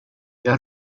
jag